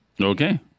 Okay